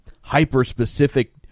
hyper-specific